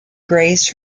grazed